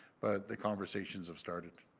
but, the conversations have started.